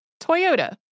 Toyota